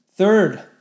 Third